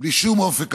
בלי שום אופק כלכלי,